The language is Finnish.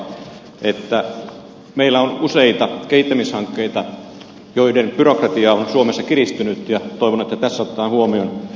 haluaisin korostaa juuri tätä kohtaa että meillä on useita kehittämishankkeita joiden byrokratia on suomessa kiristynyt ja toivon että tässä otetaan huomioon tämä asia